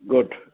good